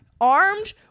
Armed